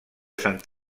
sant